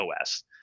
OS